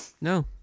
No